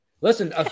listen